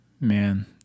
Man